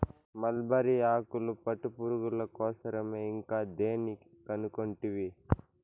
mulberry ఆకులు పట్టుపురుగుల కోసరమే ఇంకా దేని కనుకుంటివి